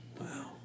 Wow